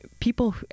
People